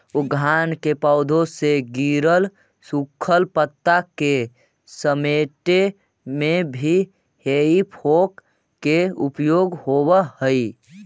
उद्यान के पौधा से गिरल सूखल पता के समेटे में भी हेइ फोक के उपयोग होवऽ हई